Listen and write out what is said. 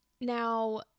Now